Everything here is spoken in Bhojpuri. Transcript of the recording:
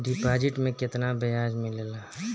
डिपॉजिट मे केतना बयाज मिलेला?